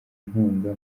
inkunga